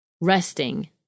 resting